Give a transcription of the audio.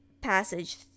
passage